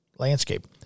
landscape